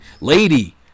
lady